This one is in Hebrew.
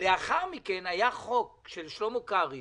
לאחר מכן היה החוק של שלמה קרעי